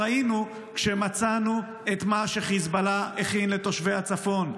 ראינו כשמצאנו את מה שחיזבאללה הכין לתושבי הצפון,